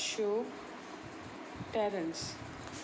show टॅरन्स